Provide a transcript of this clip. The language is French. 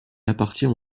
appartient